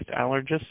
allergists